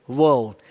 world